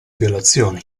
violazioni